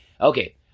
okay